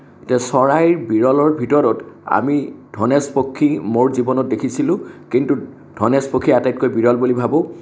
এতিয়া চৰাইৰ বিৰলৰ ভিতৰত ধনেশ পক্ষী মোৰ জীৱনত দেখিছিলোঁঁ কিন্তু ধনেশ পক্ষী আটাইতকৈ বিৰল বুলি ভাবোঁ